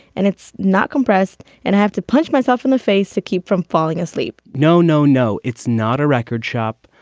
and it's not compressed. and i have to pinch myself in the face to keep from falling asleep no, no, no. it's not a record shop.